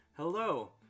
Hello